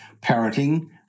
parroting